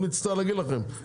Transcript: עוד נצטרך להגיד לכם,